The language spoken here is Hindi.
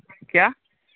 क्या